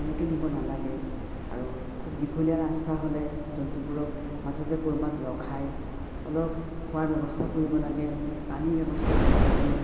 তেনেকৈ নিব নালাগে আৰু খুব দীঘলীয়া ৰাস্তা হ'লে জন্তুবোৰক মাজতে ক'ৰবাত ৰখাই অলপ খোৱাৰ ব্যৱস্থা কৰিব লাগে পানীৰ ব্যৱস্থা কৰিব লাগে